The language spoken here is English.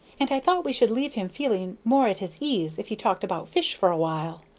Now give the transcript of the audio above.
and i thought we should leave him feeling more at his ease if we talked about fish for a while.